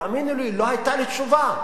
תאמיני לי, לא היתה לי תשובה.